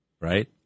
right